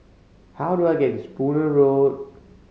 how do I get to Spooner Road